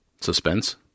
Suspense